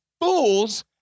fools